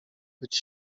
być